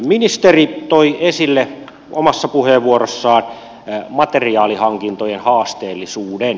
ministeri toi esille omassa puheenvuorossaan materiaalihankintojen haasteellisuuden